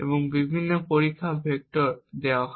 এবং বিভিন্ন পরীক্ষা ভেক্টর দেওয়া হয়